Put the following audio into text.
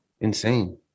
Insane